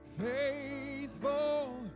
faithful